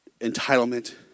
entitlement